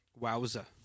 Wowza